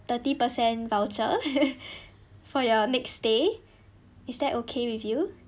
thirty percent voucher for your next stay is that okay with you